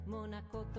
Monaco